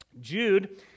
Jude